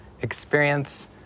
experience